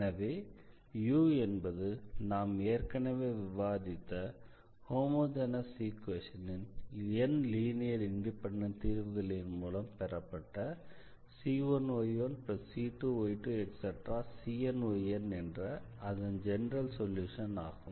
எனவே u என்பது நாம் ஏற்கனவே விவாதித்த ஹோமொஜெனஸ் ஈக்வேஷனின் n லீனியர் இண்டிபெண்டன்ட் தீர்வுகளின் மூலம் பெறப்பட்ட c1y1c2y2⋯cnyn என்ற அதன் ஜெனரல் சொல்யூஷன் ஆகும்